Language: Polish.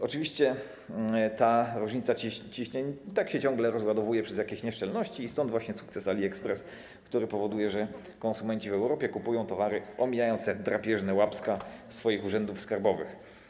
Oczywiście ta różnica ciśnień i tak ciągle się rozładowuje przez jakieś nieszczelności i stąd właśnie sukces AliExpress, który powoduje, że konsumenci w Europie kupują towary, omijając drapieżne łapska swoich urzędów skarbowych.